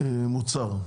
על המוצר?